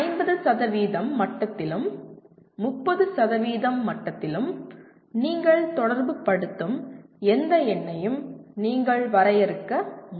50 மட்டத்திலும் 30 மட்டத்திலும் நீங்கள் தொடர்புபடுத்தும் எந்த எண்ணையும் நீங்களே வரையறுக்க முடியும்